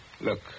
Look